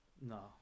No